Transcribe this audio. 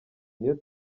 niyo